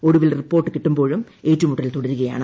ഒടുവിൽ റിപ്പോർട്ട് കിട്ടുമ്പോഴും ഏറ്റുമുട്ടൽ തുടരുകയാണ്